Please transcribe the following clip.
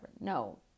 No